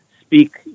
speak